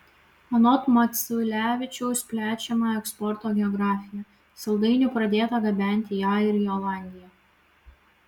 anot maculevičiaus plečiama eksporto geografija saldainių pradėta gabenti į airiją olandiją